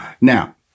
now